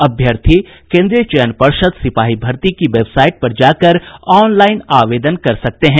अभ्यर्थी केन्द्रीय चयन पर्षद सिपाही भर्ती की वेबसाईट पर जाकर ऑनलाईन आवेदन कर सकते हैं